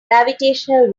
gravitational